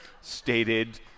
stated